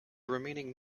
remaining